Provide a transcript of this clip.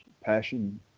passion